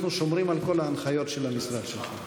אנחנו שומרים על כל ההנחיות של המשרד שלך.